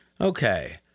Okay